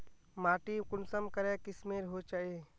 माटी कुंसम करे किस्मेर होचए?